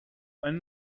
einen